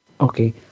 Okay